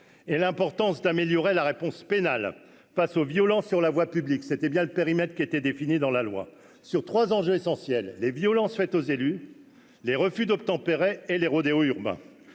et l'importance d'améliorer la réponse pénale face aux violences sur la voie publique, c'était bien le périmètre qui était défini dans la loi sur 3 enjeux essentiels : les violences faites aux élus les refus d'obtempérer et les rodéos urbains,